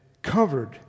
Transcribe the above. Covered